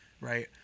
Right